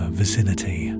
vicinity